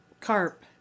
carp